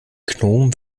gnom